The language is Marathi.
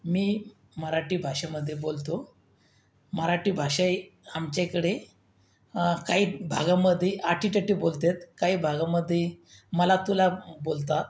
मी मराठी भाषेमध्ये बोलतो मराठी भाषा ही आमच्या इकडे काही भागांमध्ये आठीतेठी बोलत्यात काही भागांमध्ये मला तुला बोलतात